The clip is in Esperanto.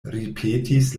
ripetis